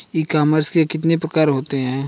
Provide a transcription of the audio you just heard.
ई commerce के कितने प्रकार होते हैं?